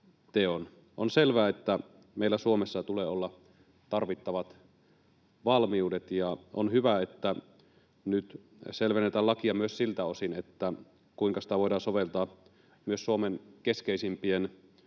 On selvää, että meillä Suomessa tulee olla tarvittavat valmiudet, ja on hyvä, että nyt selvennetään lakia myös siltä osin, kuinka sitä voidaan soveltaa myös Suomen keskeisimpien